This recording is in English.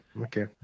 Okay